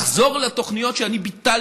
לחזור לתוכניות שאני ביטלתי,